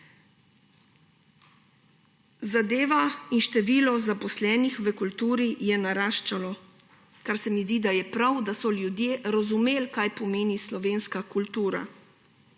Zadeva in število zaposlenih v kulturi je naraščalo, kar se mi zdi, da je prav, da so ljudje razumeli, kaj pomeni slovenska kultura,